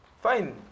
Fine